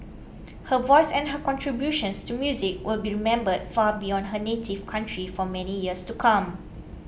her voice and her contributions to music will be remembered far beyond her native county for many years to come